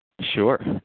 Sure